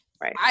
right